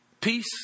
Peace